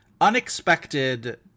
unexpected